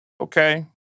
okay